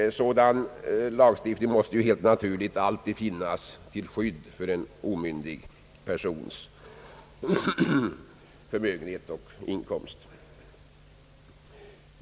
En sådan lagstiftning måste ju helt naturligt alltid finnas till skydd för en omyndig persons förmögenhet och inkomst.